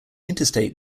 interstate